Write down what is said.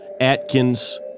Atkins